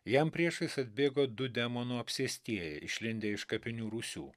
jam priešais atbėgo du demono apsėstieji išlindę iš kapinių rūsių